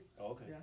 okay